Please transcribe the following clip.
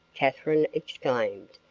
katherine exclaimed,